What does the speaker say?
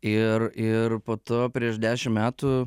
ir ir po to prieš dešim metų